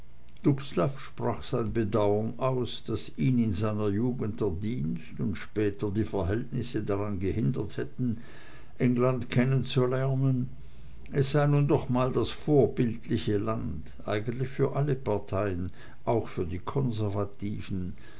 sein bedauern aus daß ihn in seiner jugend der dienst und später die verhältnisse daran gehindert hätten england kennenzulernen es sei nun doch mal das vorbildliche land eigentlich für alle parteien auch für die konservativen